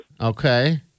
Okay